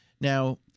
Now